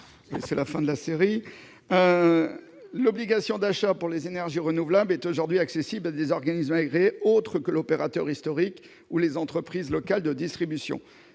est à M. Ronan Dantec. L'obligation d'achat pour les énergies renouvelables est aujourd'hui accessible à des organismes agréés autres que l'opérateur historique ou les entreprises locales de distribution.